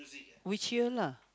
which year lah